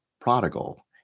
prodigal